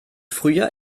frühjahr